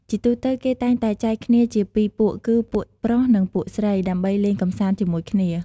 ជាទូទៅ គេតែងតែចែកគ្នាជាពីរពួកគឺ ពួកប្រុស និង ពួកស្រី ដើម្បីលេងកម្សាន្តជាមួយគ្នា។